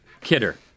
Kidder